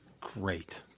Great